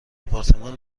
آپارتمان